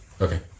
Okay